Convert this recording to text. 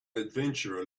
adventurer